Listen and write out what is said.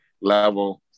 level